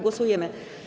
Głosujemy.